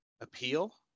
appeal